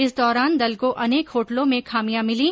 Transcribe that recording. इस दौरान दल को अनेक होटलों में खामियां मिली